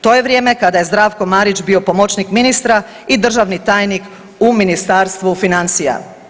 To je vrijeme kada je Zdravko Marić bio pomoćnik ministra, i državni tajnik u Ministarstvu financija.